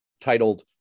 titled